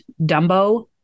Dumbo